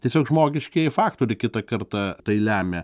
tiesiog žmogiškieji faktoriai kitą kartą tai lemia